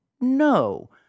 no